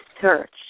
Search